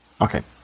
Okay